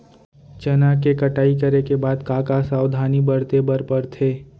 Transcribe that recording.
चना के कटाई करे के बाद का का सावधानी बरते बर परथे?